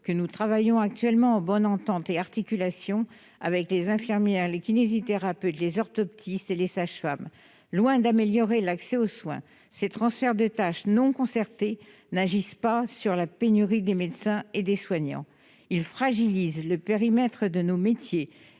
que nous travaillons actuellement en bonne entente et articulation avec les infirmières, les kinésithérapeutes, les orthoptistes et les sages-femmes. « Loin d'améliorer l'accès aux soins, de tels transferts de tâches non concertés n'agissent pas sur la pénurie des médecins et des soignants. [...] Ils fragilisent le périmètre de nos métiers